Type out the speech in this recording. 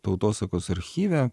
tautosakos archyve